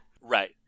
Right